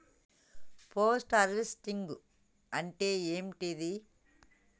Post harvesting అంటే ఏంటిది?